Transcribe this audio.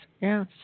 yes